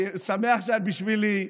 אני שמח שאת בשבילי,